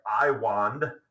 I-wand